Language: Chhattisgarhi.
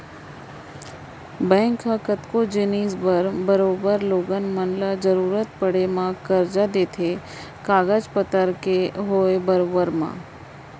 बैंक ह कतको जिनिस बर बरोबर लोगन मन ल जरुरत पड़े म करजा देथे कागज पतर के होय म बरोबर